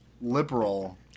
liberal